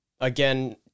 again